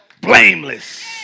Blameless